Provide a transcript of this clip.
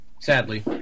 Sadly